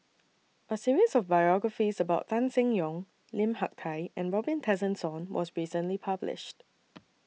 A series of biographies about Tan Seng Yong Lim Hak Tai and Robin Tessensohn was recently published